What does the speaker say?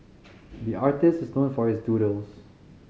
the artist is known for his doodles